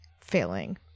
failing